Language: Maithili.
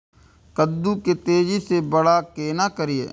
कद्दू के तेजी से बड़ा केना करिए?